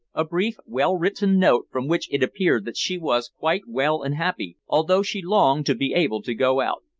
a brief, well-written note from which it appeared that she was quite well and happy, although she longed to be able to go out.